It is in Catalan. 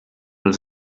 els